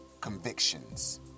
convictions